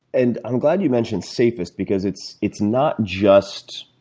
and i'm glad you mentioned safest because it's it's not just,